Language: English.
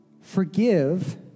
Forgive